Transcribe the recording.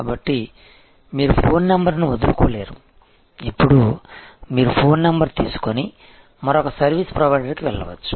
కాబట్టి మీరు ఫోన్ నంబర్ను వదులుకోలేరు ఇప్పుడు మీరు మీ ఫోన్ నంబర్ తీసుకొని మరొక సర్వీస్ ప్రొవైడర్కు వెళ్లవచ్చు